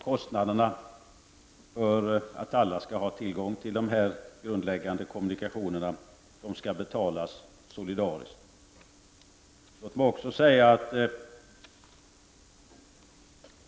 Kostnaderna för att alla skall ha tillgång till de grundläggande kommunikationerna skall betalas solidariskt.